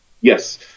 Yes